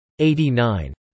89